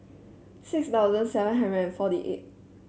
six thousand seven hundred and forty eighth